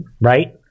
right